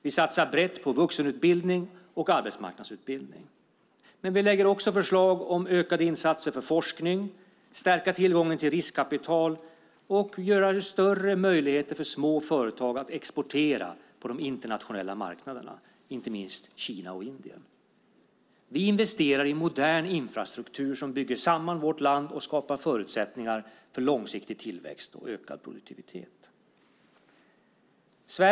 Vi satsar brett på vuxenutbildning och arbetsmarknadsutbildning. Vi lägger också fram förslag om ökade insatser för forskning samt om att stärka tillgången till riskkapital och åstadkomma större möjligheter för små företag att exportera på de internationella marknaderna, inte minst Kina och Indien. Vi investerar i modern infrastruktur som bygger samman vårt land och som skapar förutsättningar för långsiktig tillväxt och ökad produktivitet.